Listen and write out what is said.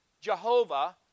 Jehovah